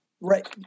Right